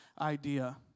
idea